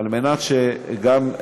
רק הכנסנו כאן את סוציו 5 גם לעניין.